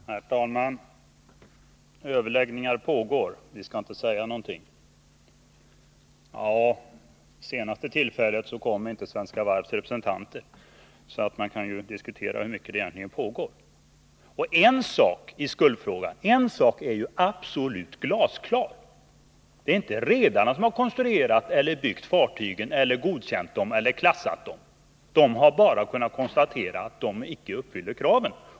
Herr talman! Överläggningar pågår, och vi skall inte säga någonting, sade Ralf Lindström. Vid det senaste förhandlingstillfället kom inte Svenska Varvs representanter, så man kan ju diskutera i vilken utsträckning det egentligen pågår förhandlingar. En sak är absolut glasklar i skuldfrågan. Det är inte redarna som har konstruerat, byggt, godkänt eller klassat fartygen. De har bara kunnat konstatera att fartygen inte uppfyller kraven.